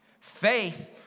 Faith